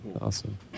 Awesome